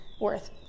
worth